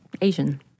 Asian